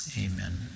Amen